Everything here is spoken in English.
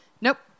Nope